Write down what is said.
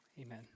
Amen